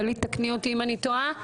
דלית, תקני אותי אם אני טועה.